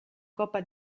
coppa